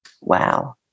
Wow